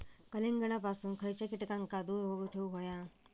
कलिंगडापासून खयच्या कीटकांका दूर ठेवूक व्हया?